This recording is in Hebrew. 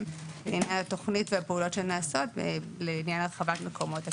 לעניין התוכנית והפעולות שנעשות לעניין הרחבת מקומות הכליאה.